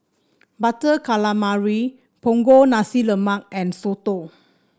Butter Calamari Punggol Nasi Lemak and soto